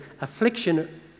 affliction